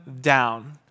down